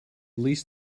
least